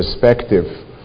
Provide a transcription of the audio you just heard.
perspective